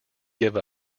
give